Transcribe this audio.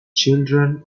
children